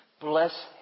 Bless